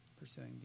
pursuing